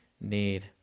need